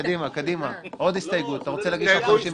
הסתייגות שלישית להוסיף את המילה בהצלחה בסוף.